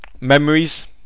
memories